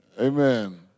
amen